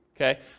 okay